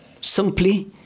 simply